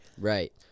Right